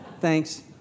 Thanks